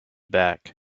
back